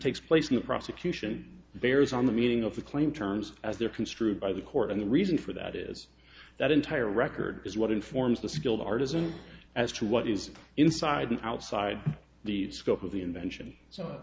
takes place in the prosecution bears on the meaning of the claim terms as they're construed by the court and the reason for that is that entire record is what informs the skilled artisan as to what is inside and outside the scope of the invention so